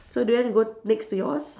so do you want to go next to yours